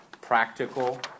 practical